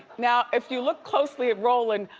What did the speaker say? now if you look closely at rolland,